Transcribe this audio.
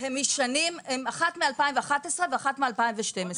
אחת היא מ-2011 ואחת מ-2012.